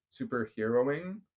superheroing